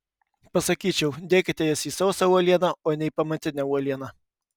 pasakyčiau dėkite jas į sausą uolieną o ne į pamatinę uolieną